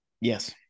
Yes